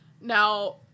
Now